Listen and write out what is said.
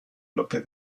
lope